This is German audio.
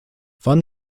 wann